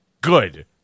Good